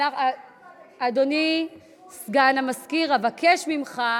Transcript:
תודה לחברת הכנסת אבקסיס.